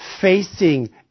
facing